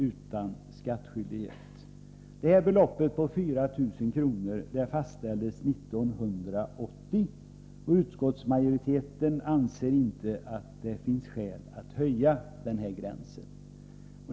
utan skattskyldighet. Beloppet 4 000 kr. fastställdes 1980, och utskottsmajoriteten anser inte att det finns skäl att höja den gränsen.